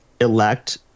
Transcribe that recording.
elect